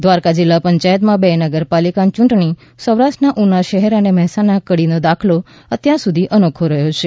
દ્વારકા જિલ્લા પંચાયત માં બે નગરપાલિકા ચૂંટણી સૌરાષ્ટ્ર ના ઉના શહેર અને મહેસાણા ના કડી નો દાખલો અત્યાર સુધી અનોખો રહ્યો છે